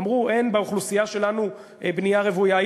אמרו: אין באוכלוסייה שלנו בנייה רוויה.